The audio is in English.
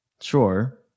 Sure